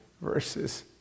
verses